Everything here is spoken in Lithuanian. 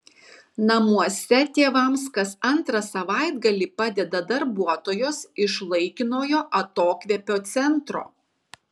namuose tėvams kas antrą savaitgalį padeda darbuotojos iš laikinojo atokvėpio centro